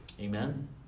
Amen